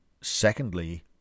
secondly